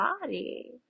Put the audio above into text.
body